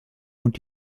und